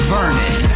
Vernon